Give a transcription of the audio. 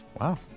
Wow